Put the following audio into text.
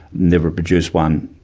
never produced one.